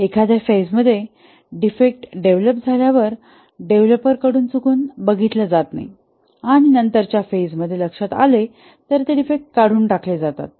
एखाद्या फेज मध्ये defect develop झाल्यावर डेव्हलपर कडून चुकून बघितला जात नाही आणि नंतरच्या फेज मध्ये लक्षात आले तर ते डिफेक्ट काढून टाकले जातात